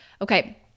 Okay